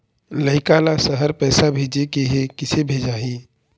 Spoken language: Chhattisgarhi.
लइका ला शहर पैसा भेजें के हे, किसे भेजाही